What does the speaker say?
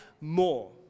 more